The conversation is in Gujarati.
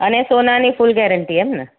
અને સોનાની ફૂલ ગેરંટી એમને